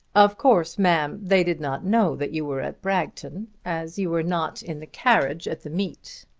of course, ma'am, they did not know that you were at bragton, as you were not in the carriage at the meet.